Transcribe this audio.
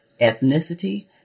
ethnicity